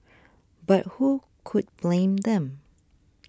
but who could blame them